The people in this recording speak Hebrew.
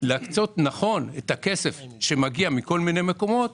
להקצות נכון את הכסף שמגיע מכל מיני מקומות.